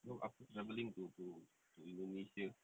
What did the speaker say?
no after travelling to to to indonesia